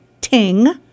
Ting